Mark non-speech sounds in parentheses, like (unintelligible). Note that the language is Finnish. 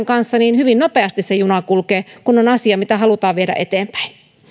(unintelligible) kanssa hyvin nopeasti se juna kulkee kun on asia mitä halutaan viedä eteenpäin